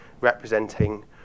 representing